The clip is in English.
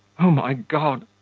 o my god,